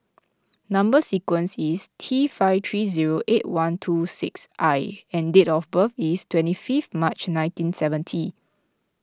Number Sequence is T five three zero eight one two six I and date of birth is twenty fifth March nineteen seventy